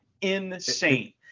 insane